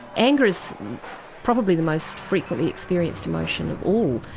anger is probably the most frequently experienced emotion of all.